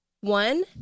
One